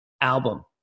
Album